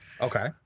Okay